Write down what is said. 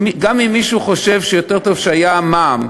גם אם מישהו חושב שיותר טוב שהייתה הורדה במע"מ,